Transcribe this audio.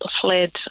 fled